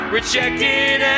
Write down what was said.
rejected